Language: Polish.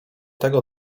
tego